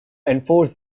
enforce